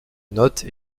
note